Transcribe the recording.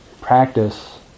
practice